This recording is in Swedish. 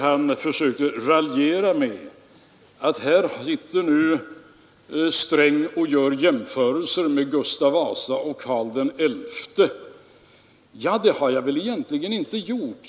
Han försökte raljera om att här sitter Sträng och gör jämförelser med Gustav Vasa och Karl XI. Det har jag väl egentligen inte gjort.